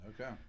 Okay